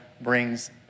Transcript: brings